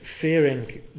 fearing